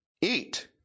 eat